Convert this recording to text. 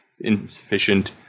insufficient